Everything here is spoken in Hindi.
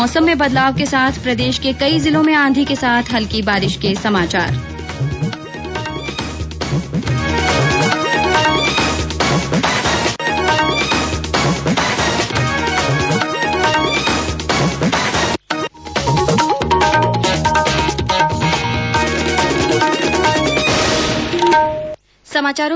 मौसम में बदलाव के साथ प्रदेश के कई जिलों में आंधी के साथ हल्की बारिश के समाचार